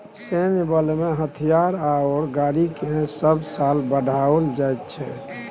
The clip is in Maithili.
सैन्य बलमें हथियार आओर गाड़ीकेँ सभ साल बढ़ाओल जाइत छै